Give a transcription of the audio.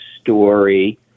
story